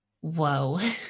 whoa